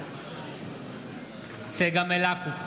בעד צגה מלקו,